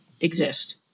exist